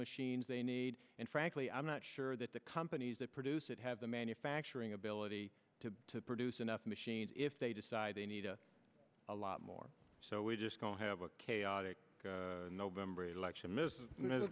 machines they need and frankly i'm not sure that the companies that produce it have the manufacturing ability to produce enough machines if they decide they need a lot more so we just don't have a chaotic november election m